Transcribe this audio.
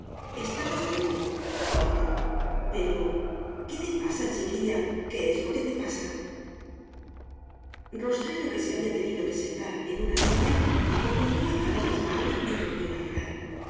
estaba tonto tonto pero qué te pasa chiquilla qué es lo que te pasa rosario que se había tenido que sentar en una silla ocultó la cara en las manos y rompió a llorar